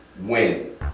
win